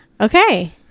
Okay